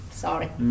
Sorry